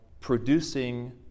producing